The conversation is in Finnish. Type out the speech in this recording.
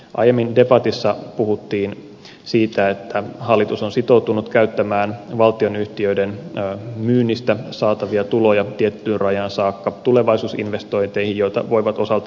aiemmin debatissa puhuttiin siitä että hallitus on sitoutunut käyttämään valtionyhtiöiden myynnistä saatavia tuloja tiettyyn rajaan saakka tulevaisuusinvestointeihin joita voivat osaltaan olla myös ratahankkeet